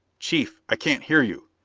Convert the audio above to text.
chief, i can't hear you!